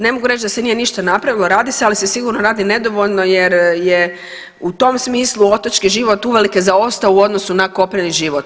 Ne mogu reći da se nije ništa napravilo, radi se, ali se sigurno radi nedovoljno jer je u tom smislu otočki život uvelike zaostao u odnosu na kopneni život.